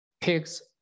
pigs